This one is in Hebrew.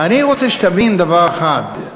אני רוצה שתבין דבר אחד: